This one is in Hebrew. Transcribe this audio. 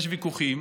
יש ויכוחים.